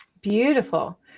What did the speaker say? beautiful